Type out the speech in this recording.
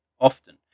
Often